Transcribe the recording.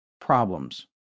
problems